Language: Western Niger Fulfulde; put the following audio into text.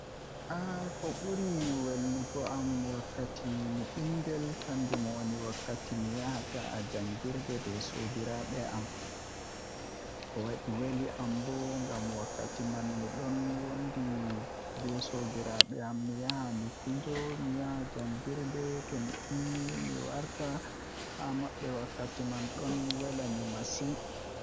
Ah ko buri welugo am wakkati mi bingel kanjum woni wakkati mi yahata jangirde be sobiraabe am, ko wadi weli am bo ngam wakkati man midon wondi be sobiraabe am min yahan mi fijo min yaha jangirde tomin ummi min wartida be mabbe wakkati man don wela mi masin.